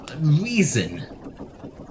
reason